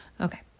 Okay